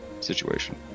situation